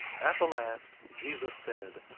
at the last jesus said,